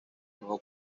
nuevo